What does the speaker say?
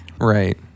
Right